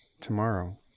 tomorrow